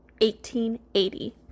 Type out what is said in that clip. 1880